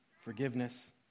forgiveness